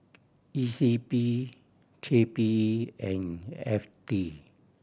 E C P K P E and F T